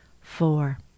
Four